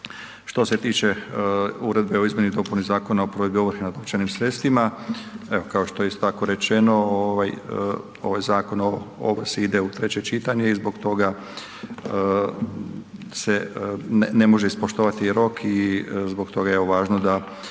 Što se tiče uredbe o izmjeni i dopuni Zakona o provedbi ovrhe nad novčanim sredstvima, evo kao što je isto tako rečeno ovaj Zakon o ovrsi ide u treće čitanje i zbog toga se ne može ispoštovati rok i zbog toga je važno da